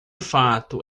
fato